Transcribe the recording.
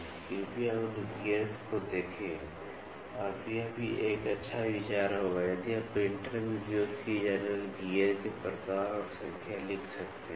तो कृपया उन गियर्स को देखें और फिर यह भी एक अच्छा विचार होगा यदि आप प्रिंटर में उपयोग किए जाने वाले गियर के प्रकार और संख्या लिख सकते हैं